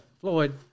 Floyd